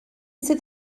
sydd